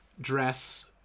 dress